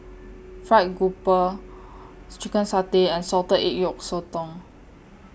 Fried Grouper Chicken Satay and Salted Egg Yolk Sotong